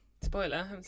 Spoiler